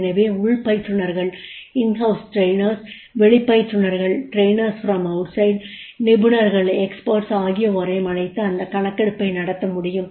எனவே உள் பயிற்றுனர்கள் வெளி பயிற்றுனர்கள் நிபுணர்கள் ஆகியோரையும் அழைத்து இந்த கணக்கெடுப்பை நடத்த முடியும்